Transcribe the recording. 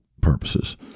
purposes